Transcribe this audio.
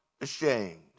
ashamed